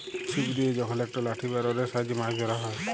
ছিপ দিয়ে যখল একট লাঠি বা রডের সাহায্যে মাছ ধ্যরা হ্যয়